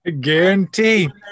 Guarantee